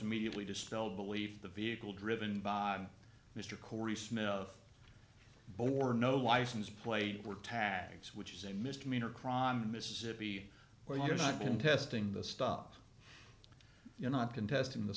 immediately dispelled believe the vehicle driven by mr corey smith of bore no license plate were tags which is a misdemeanor crime in mississippi where you're not been testing the stop you're not contesting the